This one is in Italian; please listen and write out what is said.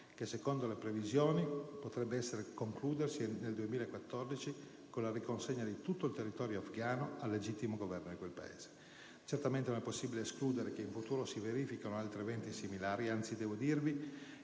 che, secondo le previsioni, potrebbe concludersi nel 2014, con la riconsegna di tutto il territorio afgano al legittimo Governo di quel Paese. Certamente non è possibile escludere che in futuro si verifichino altri eventi similari; anzi, devo dirvi